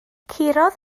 curodd